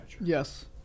yes